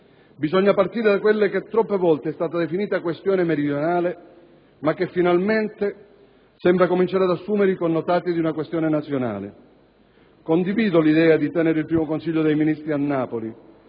Bisogna partire da quella che troppe volte è stata definita questione meridionale, ma che finalmente sembra cominciare ad assumere i connotati di una questione nazionale. Condivido l'idea di tenere il primo Consiglio dei ministri a Napoli,